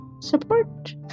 support